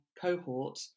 cohort